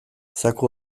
zaku